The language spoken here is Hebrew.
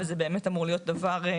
וזה באמת אמור להיות דבר.